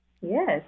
Yes